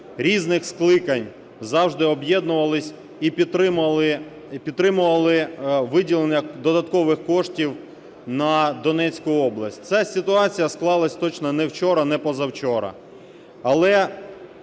різних скликань завжди об'єднувались і підтримували виділення додаткових коштів на Донецьку область. Ця ситуація склалась точно не вчора і не позавчора.